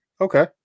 okay